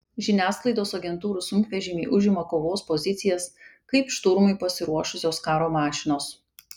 žiniasklaidos agentūrų sunkvežimiai užima kovos pozicijas kaip šturmui pasiruošusios karo mašinos